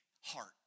heart